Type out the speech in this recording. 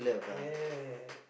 ya